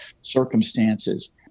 circumstances